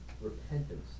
repentance